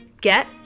get